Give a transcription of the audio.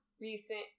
recent